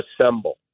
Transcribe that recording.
assemble